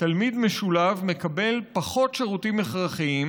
תלמיד משולב מקבל פחות שירותים הכרחיים